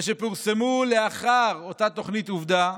ושפורסמו לאחר אותה תוכנית עובדה,